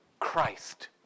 Christ